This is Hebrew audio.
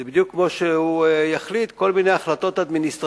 זה בדיוק כמו שהוא יחליט כל מיני החלטות אדמיניסטרטיביות